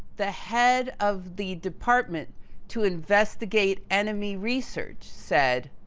the head of the department to investigate enemy research said,